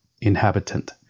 inhabitant